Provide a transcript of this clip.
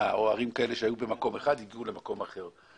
או ערים כאלה שהיו במקום אחד הגיעו למקום אחר.